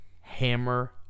Hammer